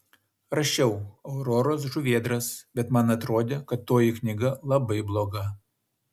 rašiau auroros žuvėdras bet man atrodė kad toji knyga labai bloga